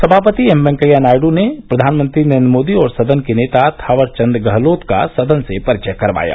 समापति एम वेंकैया नायडू ने प्रधानमंत्री नरेन्द्र मोदी और सदन के नेता थावरचंद गहलोत का सदन से परिचय करवाया